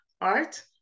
art